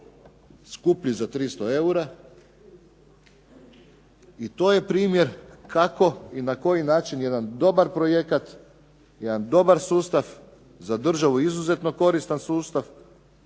skuplji za 300 eura. I to je primjer kako i na koji način jedan dobar projekta, jedan dobar sustav zadržao izuzetno koristan sustav